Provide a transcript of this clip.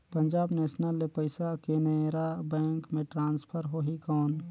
Punjab national ले पइसा Canara bank मे ट्रांसफर होहि कौन?